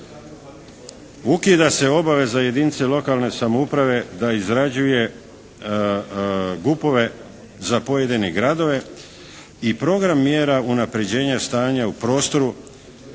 Ukida se obaveza jedinice lokalne samouprave da izrađuje …/Govornik se ne razumije./… za pojedine gradove i program mjera unapređenja stanja u prostoru